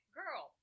girl